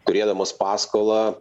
turėdamas paskolą